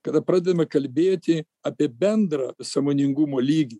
kada pradedame kalbėti apie bendrą sąmoningumo lygį